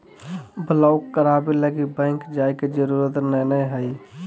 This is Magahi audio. ब्लॉक कराबे लगी बैंक जाय के जरूरत नयय हइ